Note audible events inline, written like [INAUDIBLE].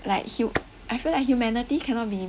like hu~ [NOISE] I feel like humanity cannot be